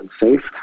unsafe